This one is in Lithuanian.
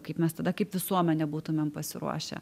kaip mes tada kaip visuomenė būtumėm pasiruošę